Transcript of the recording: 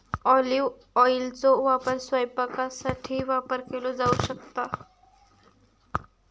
olive ऑइलचो वापर स्वयंपाकासाठी वापर केलो जाऊ शकता